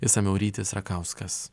išsamiau rytis rakauskas